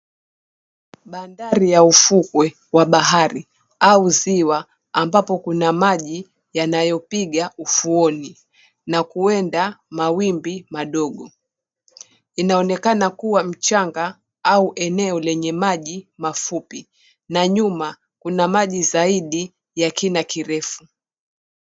Bandari ya ufukwe wa bahari au ziwa ambapo kuna maji yanayopiga ufuoni na kuenda mawimbi madogo. Inaonekana kuwa mchanga au eneo lenye maji mafupi na nyuma kuna maji zaidi ya kina kirefu.